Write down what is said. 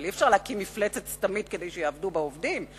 אבל אי-אפשר להקים מפלצת סתמית כדי שיעבדו בה עובדים.